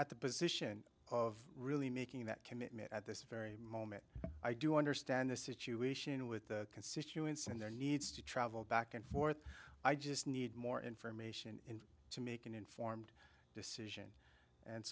at the position of really making that commitment at this very moment i do understand the situation with the constituents and their needs to travel back and forth i just need more information to make an informed decision and